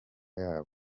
yabo